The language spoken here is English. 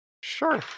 Sure